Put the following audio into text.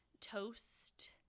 toast